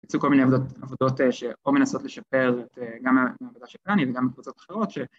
יצאו כל מיני עבודות שאו מנסות לשפר את גם העבודה של דני וגם קבוצות אחרות